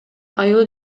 айыл